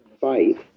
fight